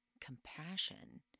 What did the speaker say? compassion